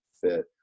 fit